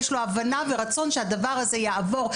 יש לו הבנה ורצון שהדבר הזה יעבור.